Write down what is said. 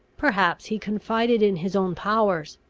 perhaps he confided in his own powers,